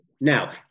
Now